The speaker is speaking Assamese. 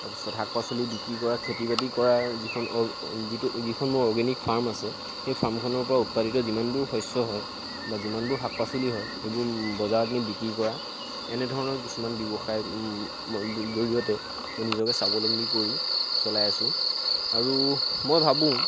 তাৰ পাছত শাক পাচলি বিক্ৰী কৰা খেতি বাতি কৰাৰ যিখন অৰ্গ যিটো যিখন মোৰ অৰ্গেনিক ফাৰ্ম আছে সেই ফাৰ্মখনৰ পৰা উৎপাদিত যিমানবোৰ শস্য হয় বা যিমানবোৰ শাক পাচলি হয় এইবোৰ বজাৰত নি বিক্ৰী কৰা এনেধৰণৰ কিছুমান ব্যৱসায় জৰিয়তে মই নিজকে স্বাৱলম্বী কৰি চলাই আছোঁ আৰু মই ভাবোঁ